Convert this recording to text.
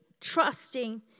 trusting